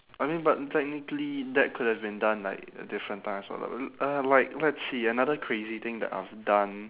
I mean but technically that could have been done like at different times [what] uh like let's see another crazy thing that I've done